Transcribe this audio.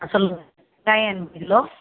ஆ சொல்லுங்கள் வெங்காயம் எண்பது கிலோ